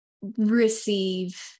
receive